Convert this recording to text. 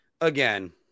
again